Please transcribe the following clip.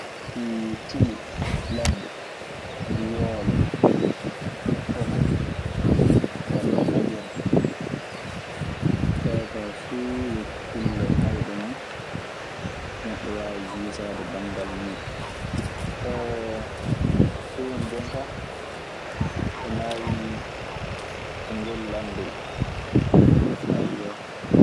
ciumu ladde, ƴoolo, toɓo wala majere. Ɗee kaa fuu yo kulle mawɗe non neɗɗo waawi hiisaade banngal muuɗun. ɗum woni jooni ka ko nayii ngol laamndol, eyyo.